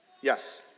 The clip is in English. Yes